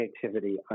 creativity